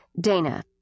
Dana